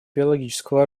биологического